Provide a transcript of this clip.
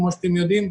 כפי שאתם יודעים,